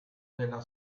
della